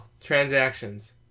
Transactions